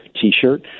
T-shirt